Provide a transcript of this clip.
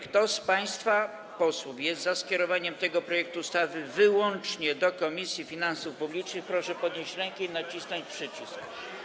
Kto z państwa posłów jest za skierowaniem tego projektu ustawy wyłącznie do Komisji Finansów Publicznych, proszę podnieść rękę i nacisnąć przycisk.